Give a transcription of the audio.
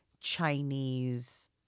Chinese